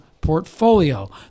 portfolio